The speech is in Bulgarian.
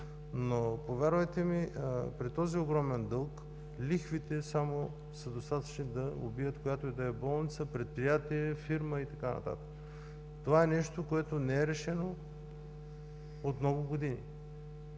Повярвайте ми обаче, при този огромен дълг, само лихвите са достатъчни да убият която и да е болница, предприятие, фирма и така нататък. Това е нещо, което не е решено от много години.